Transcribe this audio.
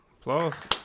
Applause